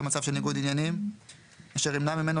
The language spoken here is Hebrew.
במצב של ניגוד עניינים אשר ימנע ממנו